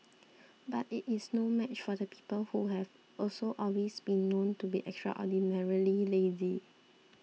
but it is no match for the people who have also always been known to be extraordinarily lazy